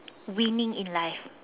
winning in life